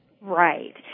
Right